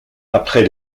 après